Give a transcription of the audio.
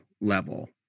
level